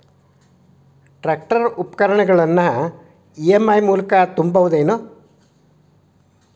Tractor ಉಪಕರಣಗಳನ್ನು EMI ಮೂಲಕ ತುಂಬಬಹುದ ಏನ್?